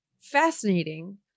fascinating